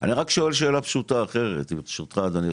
אני רק שואל שאלה פשוטה אחרת ברשותך אדוני,